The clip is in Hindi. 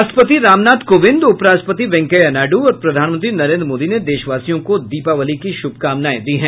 राष्ट्रपति रामनाथ कोविंद उपराष्ट्रपति वेंकैया नायडू और प्रधानमंत्री नरेंद्र मोदी ने देशवासियों को दीपावली की शुभकामनाएं दी हैं